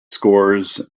scores